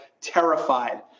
terrified